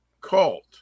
cult